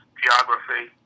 geography